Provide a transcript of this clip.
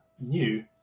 new